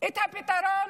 את הפתרון,